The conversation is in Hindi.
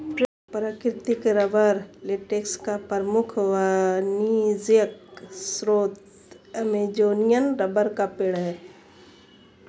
प्राकृतिक रबर लेटेक्स का प्रमुख वाणिज्यिक स्रोत अमेज़ॅनियन रबर का पेड़ है